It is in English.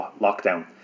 lockdown